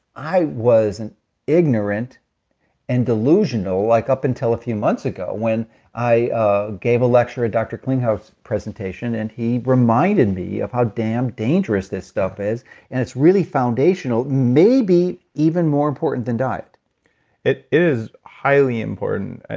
i was and ignorant and delusional, like up until a few months ago. when i ah gave a lecture at dr. clinghouse presentation, and he reminded me of how damn dangerous this stuff is and it's really foundational. maybe even more important than diet it is highly important.